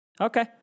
Okay